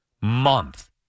month